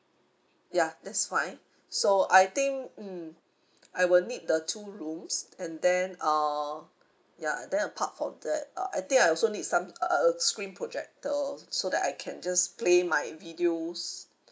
ya that's fine so I think mm I will need the two rooms and then uh ya then apart of that uh I think I also need some uh screen projector so that I can just play my videos